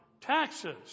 taxes